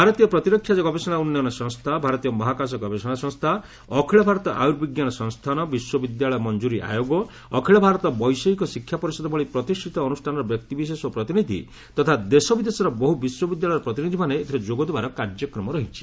ଭାରତୀୟ ପ୍ରତିରକ୍ଷା ଗବେଷଣା ଉନ୍ନୟନ ସଂସ୍ଥା ଭାରତୀୟ ମହାକାଶ ଗବେଷଣା ସଂସ୍ଥା ଅଖିଳ ଭାରତ ଆୟୁର୍ବିଜ୍ଞାନ ସଂସ୍ଥାନ ବିଶ୍ୱବିଦ୍ୟାଳୟ ମଂକୁରୀ ଆୟୋଗ ଅଖିଳ ଭାରତ ବୈଷୟିକ ଶିକ୍ଷା ପରିଷଦ ଭଳି ପ୍ରତିଷ୍ଠିତ ଅନୁଷ୍ଠାନର ବ୍ୟକ୍ତିବିଶେଷ ଓ ପ୍ରତିନିଧି ତଥା ଦେଶବିଦେଶର ବହୁ ବିଶ୍ୱବିଦ୍ୟାଳୟର ପ୍ରତିନିଧିମାନେ ଏଥିରେ ଯୋଗଦେବାର କାର୍ଯ୍ୟକ୍ରମ ରହିଛି